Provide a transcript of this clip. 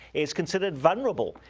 is considered vulnerable.